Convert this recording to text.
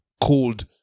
called